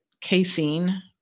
casein